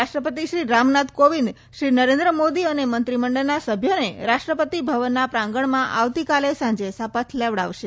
રાષ્ટ્રપતિ શ્રી રામનાથ કોવિંદ શ્રી નરેન્દ્ર મોદી અને મંત્રીમંડળના સભ્યોને રાષ્ટ્રપતિ ભવનના પ્રાંગણમાં આવતીકાલે સાંજે શપથ લેવડાવશે